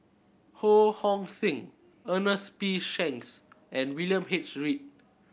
Ho Hong Sing Ernest P Shanks and William H Read